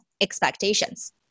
expectations